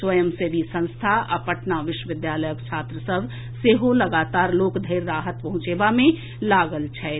स्वयंसेवी संस्था आ पटना विश्वविद्यालयक छात्र सभ सेहो लगातार लोक धरि राहत पहुंचेबा मे लागल छथि